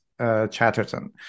Chatterton